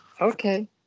Okay